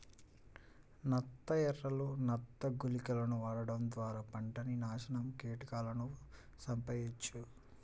నత్త ఎరలు, నత్త గుళికలను వాడటం ద్వారా పంటని నాశనం కీటకాలను చంపెయ్యొచ్చు